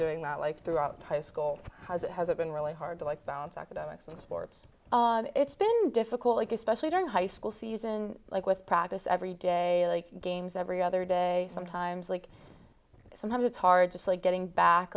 doing that like throughout high school has it been really hard to like balance academics and sports it's been difficult like especially during high school season like with practice every day of the games every other day sometimes like sometimes it's hard to sleep getting back